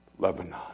Lebanon